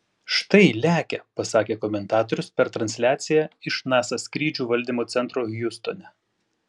štai lekia pasakė komentatorius per transliaciją iš nasa skrydžių valdymo centro hjustone